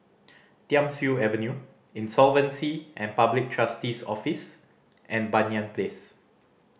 Thiam Siew Avenue Insolvency and Public Trustee's Office and Banyan Place